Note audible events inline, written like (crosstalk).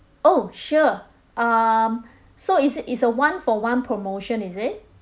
oh sure um (breath) so is it it's a one for one promotion is it